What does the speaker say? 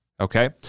okay